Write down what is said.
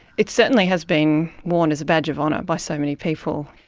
it certainly has been worn as a batch of honour by so many people.